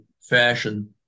fashion